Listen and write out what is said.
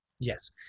yes